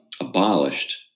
abolished